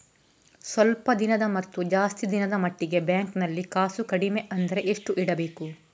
ಸ್ವಲ್ಪ ದಿನದ ಮತ್ತು ಜಾಸ್ತಿ ದಿನದ ಮಟ್ಟಿಗೆ ಬ್ಯಾಂಕ್ ನಲ್ಲಿ ಕಾಸು ಕಡಿಮೆ ಅಂದ್ರೆ ಎಷ್ಟು ಇಡಬೇಕು?